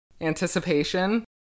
anticipation